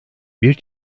bir